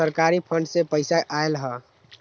सरकारी फंड से पईसा आयल ह?